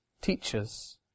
teachers